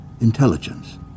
Intelligence